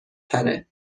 تره